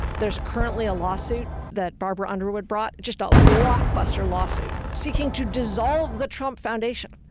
there's currently a lawsuit that barbara underwood brought, just a blockbuster lawsuit, seeking to dissolve the trump foundation.